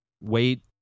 wait